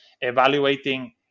evaluating